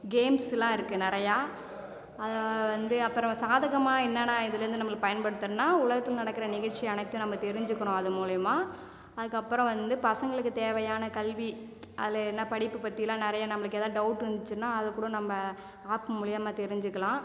கேம்ஸ்லாம் இருக்கு நிறையா அதை வந்து அப்புறம் சாதகமாக என்னன்னா இதுலேர்ந்து நம்பளுக்கு பயன்படுத்துணும்னா உலகத்தில் நடக்கிற நிகழ்ச்சி அனைத்தையும் நம்ம தெரிஞ்சுக்குறோம் அது மூலியமாக அதற்கப்பறம் வந்து பசங்களுக்கு தேவையான கல்வி அதில் என்ன படிப்பு பற்றிலாம் நிறைய நமக்கு எதாவது டவுட்டு வந்துச்சுன்னா அதுக்கூட நம்ம ஆப் மூலியமாக தெரிஞ்சுக்கலாம்